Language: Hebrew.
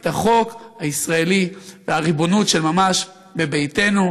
את החוק הישראלי והריבונות של ממש בביתנו,